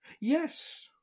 yes